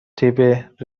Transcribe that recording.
ترتیب